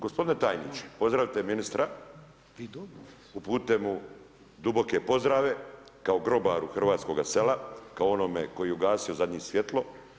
Gospodine tajniče pozdravite ministra, uputite mu duboke pozdrave kao grobaru hrvatskoga sela, kao onome koji je ugasio zadnji svjetlo.